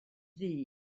ddu